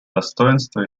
достоинства